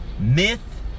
myth